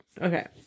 okay